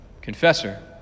confessor